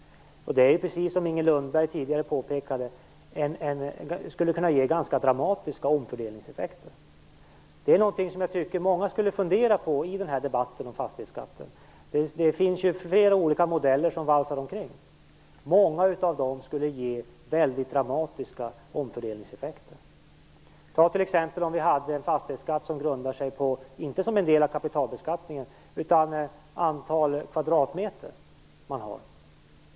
Precis som Inger Lundberg tidigare påpekade skulle det kunna ge ganska dramatiska omfördelningseffekter. Detta är någonting som jag tycker att många borde fundera på i debatten om fastighetsskatten. Det finns flera olika modeller som valsar omkring. Många av dem skulle få väldigt dramatiska omfördelningseffekter. Tänk om vi t.ex. hade en fastighetsskatt som inte var en del av kapitalbeskattningen utan grundade sig på antal kvadratmeter.